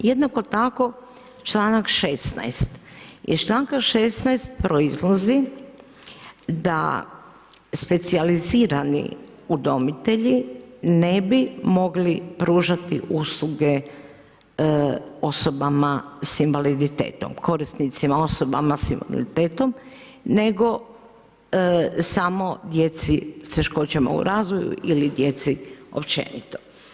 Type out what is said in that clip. Jednako tako, članak 16., iz članka 16. proizlazi da specijalizirani udomitelji ne bi mogli pružati usluge osobama s invaliditetom, korisnicima osobama s invaliditetom, nego samo djeci s teškoćama u razvoju ili djeci općenito.